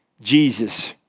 Jesus